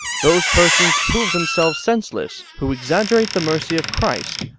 those persons prove themselves senseless who exaggerate the mercy of christ,